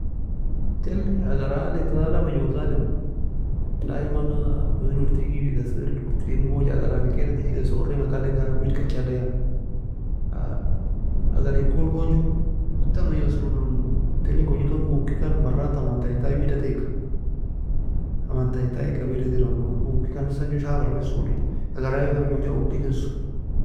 تل e agar عالي tola menjosa adem daymana owen urtiga ewgikesol, urteriy mogoja agar alien keela teagei keson, oriena kalenga weadkachaleia agar ekol gon joe kota menjosa ironon tellin kochi elton ooki kan marratta aman taie taie weada ten eka, aman taie taie eka weada ter ookikan, hosan joe shafra mesol agar aalila menjoja ookikeso.